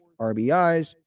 RBIs